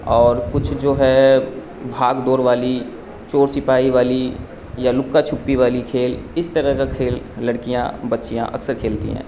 اور کچھ جو ہے بھاگ دوڑ والی چور چپائی والی یا لکا چھپی والی کھیل اس طرح کا کھیل لڑکیاں بچیاں اکثر کھیلتی ہیں